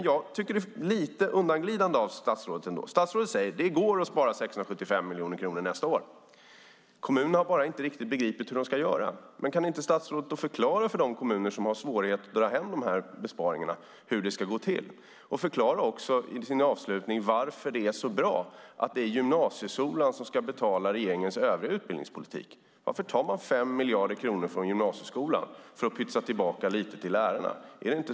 Jag tycker att det är lite undanglidande av statsrådet när han säger att det går att spara 675 miljoner kronor nästa år, men att kommunerna bara inte riktigt har begripit hur de ska göra. Men kan statsrådet då inte förklara för de kommuner som har svårigheter att dra hem besparingarna hur det ska gå till? Förklara också i ditt avslutande inlägg varför det är så bra att det är gymnasieskolan som ska betala regeringens övriga utbildningspolitik! Varför tar man 5 miljarder kronor från gymnasieskolan för att pytsa tillbaka lite till lärarna?